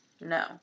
No